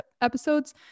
episodes